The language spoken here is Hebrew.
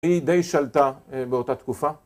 היא די שלטה באותה תקופה